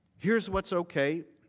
here is what is okay.